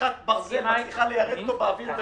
חתיכת ברזל היא מצליחה ליירט אותו באוויר.